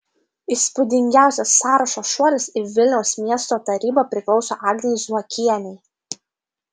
įspūdingiausias sąrašo šuolis į vilniaus miesto tarybą priklauso agnei zuokienei